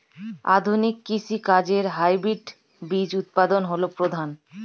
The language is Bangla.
আধুনিক কৃষি কাজে হাইব্রিড বীজ উৎপাদন হল প্রধান